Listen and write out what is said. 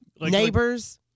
Neighbors